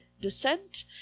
Descent